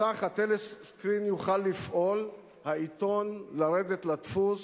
מסך הטלסקרין יוכל לפעול, העיתון, לרדת לדפוס,